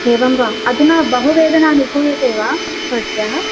एवं वा अधुना बहुवेदना अनुभूयते वा भवत्याः